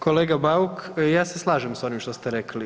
Kolega Bauk, ja se slažem s onim što ste rekli.